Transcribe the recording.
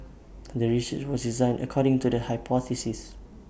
the research was designed according to the hypothesis